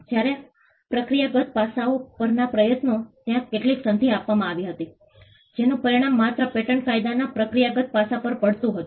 જ્યારે પ્રક્રિયાગત પાસાઓ પરના પ્રયત્નો ત્યાં કેટલીક સંધિ કરવામાં આવી હતી જેનુ પરિણામ માત્ર પેટન્ટ કાયદાના પ્રક્રિયાગત પાસા પર પડ્યું હતું